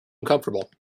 uncomfortable